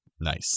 Nice